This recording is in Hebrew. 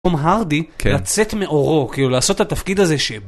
קום הרדי, לצאת מאורו, כאילו לעשות את התפקיד הזה ש